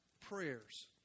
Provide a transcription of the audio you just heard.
Prayers